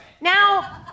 Now